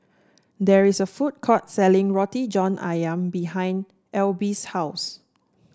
there is a food court selling Roti John ayam behind Alby's house